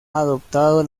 adoptado